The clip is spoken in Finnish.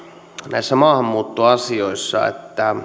näissä maahanmuuttoasioissa että